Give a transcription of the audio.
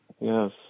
Yes